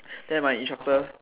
then my instructor